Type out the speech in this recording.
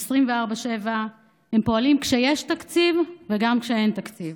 24/7. הם פועלים כשיש תקציב וגם כשאין תקציב.